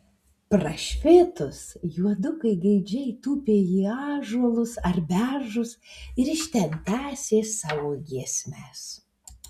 prašvitus juodukai gaidžiai tūpė į ąžuolus ar beržus ir iš ten tęsė savo giesmes